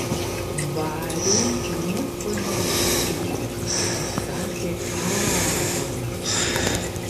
bariui nieko neatsitiko atsakė aaronas